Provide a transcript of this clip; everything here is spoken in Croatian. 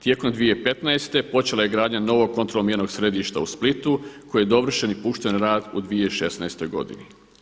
Tijekom 2015. počela je gradnja novog kontrolno mjernog središta u Splitu koji je dovršen i pušten u rad u 2016. godini.